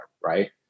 Right